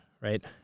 right